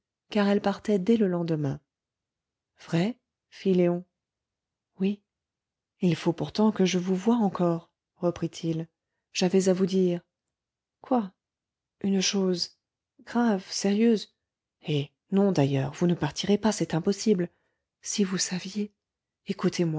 car elle partait dès le lendemain vrai fit léon oui il faut pourtant que je vous voie encore reprit-il j'avais à vous dire quoi une chose grave sérieuse eh non d'ailleurs vous ne partirez pas c'est impossible si vous saviez